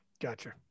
Gotcha